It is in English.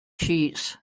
sheets